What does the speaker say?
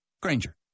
Granger